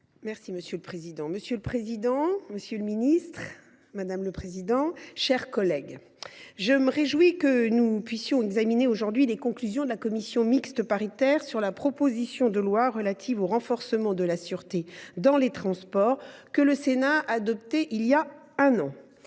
Mme la rapporteure. Monsieur le président, monsieur le ministre, mes chers collègues, je me réjouis que nous puissions examiner aujourd’hui les conclusions de la commission mixte paritaire sur la proposition de loi relative au renforcement de la sûreté dans les transports, que le Sénat a adoptée il y a un an.